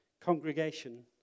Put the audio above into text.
congregation